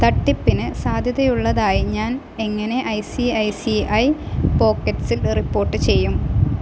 തട്ടിപ്പിന് സാധ്യതയുള്ളതായി ഞാൻ എങ്ങനെ I C I C I പോക്കറ്റ്സിൽ റിപ്പോർട്ട് ചെയ്യും